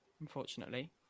unfortunately